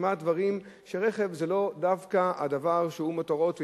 משמע הדברים שרכב זה לא דווקא הדבר שהוא מותרות,